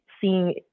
seeing